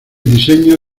diseño